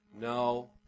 No